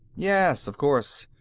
yes, of course.